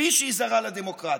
כפי שהיא זרה לדמוקרטיה.